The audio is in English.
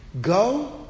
Go